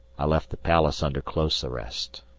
i left the palace under close arrest.